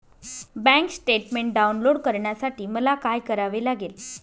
Bank statement download करण्यासाठी मला काय करावे लागेल?